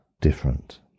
different